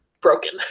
broken